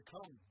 Come